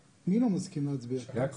אתה מתנהג כמו פיון ומישהו מלמעלה מכתיב לך לייצר